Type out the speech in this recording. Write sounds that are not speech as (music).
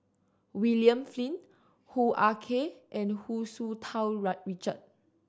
William Flint Hoo Ah Kay and Hu Tsu Tau (unintelligible) Richard